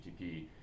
HTTP